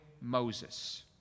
Moses